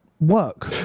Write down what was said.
Work